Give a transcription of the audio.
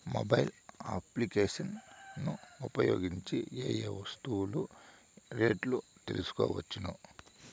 Mobile applications ను ఉపయోగించి ఏ ఏ వస్తువులు రేట్లు తెలుసుకోవచ్చును?